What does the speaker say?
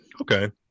okay